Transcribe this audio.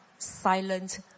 silent